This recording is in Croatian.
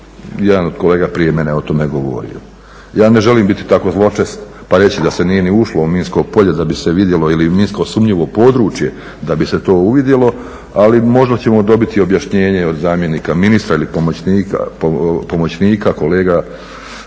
Jedan od kolega prije mene je o tome govorio. Ja ne želim biti tako zločest pa reći da se nije ni ušlo u minsko polje da bi se vidjelo ili minsko sumnjivo područje da bi se to uvidjelo, ali možda ćemo dobiti objašnjenje od zamjenika ministra ili pomoćnika, kolega